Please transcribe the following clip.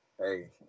Hey